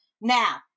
Now